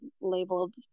labeled